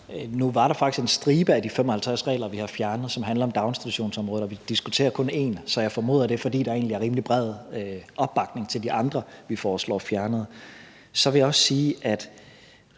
Nu var der faktisk en stribe af de 55 regler, vi har fjernet, som handler om daginstitutionsområdet, og vi diskuterer kun én, så jeg formoder, at det er, fordi der egentlig er rimelig bred opbakning til de andre, som vi foreslår fjernet. Så vil jeg også sige